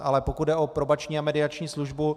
Ale pokud jde o probační a mediační službu.